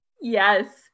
yes